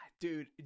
Dude